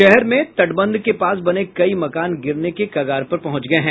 शहर में तटबंध के पास बने कई मकान गिरने के कगार पर पहुंच गये हैं